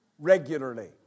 regularly